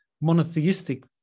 monotheistic